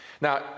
Now